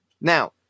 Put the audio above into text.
Now